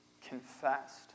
confessed